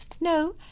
No